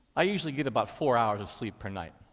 i usually get about four hours of sleep per night.